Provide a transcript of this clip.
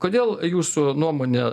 kodėl jūsų nuomone